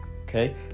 okay